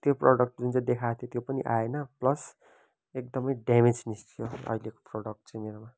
त्यो प्रडक्ट जुन चाहिँ देखाएको त्यो पनि आएन प्लस एकदमै डेमेज निस्क्यो अहिलेको प्रडक्ट चाहिँ मेरोमा